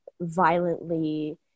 violently